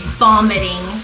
vomiting